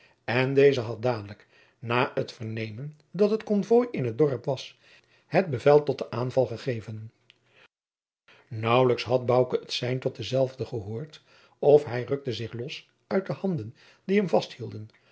en deze had dadelijk na het vernemen dat het konvooi in het dorp was het bevel tot den aanval gegeven naauwlijks had bouke het sein tot denzelven gehoord of hij rukte zich los uit de handen die hem vasthielden